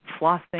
flossing